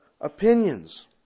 opinions